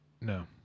No